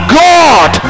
god